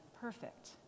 perfect